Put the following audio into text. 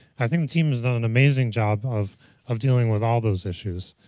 i think the team has done an amazing job of of dealing with all those issues.